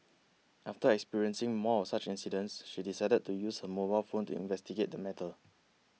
after experiencing more of such incidents she decided to use her mobile phone to investigate the matter